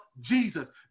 Jesus